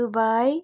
Dubai